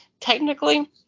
technically –